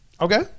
Okay